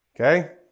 Okay